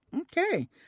Okay